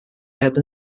urban